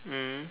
mm